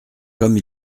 comme